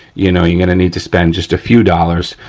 you know you're gonna need to spend just a few dollars,